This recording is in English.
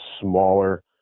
smaller